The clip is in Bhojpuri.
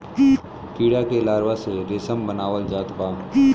कीड़ा के लार्वा से रेशम बनावल जात बा